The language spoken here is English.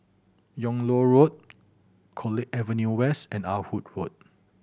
Yung Loh Road College Avenue West and Ah Hood Road